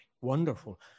Wonderful